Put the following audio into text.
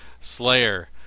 Slayer